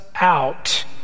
out